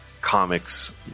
comics